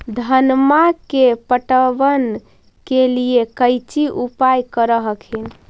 धनमा के पटबन के लिये कौची उपाय कर हखिन?